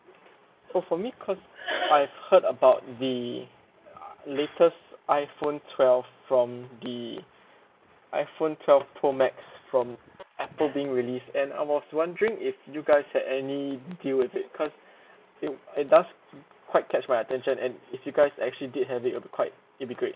oh for me cause I heard about the latest iphone twelve from the iphone twelve pro max from apple being released and I was wondering if you guys have any deal with it cause it it does quite catch my attention and if you guys actually did have it it'd be quite it'd be great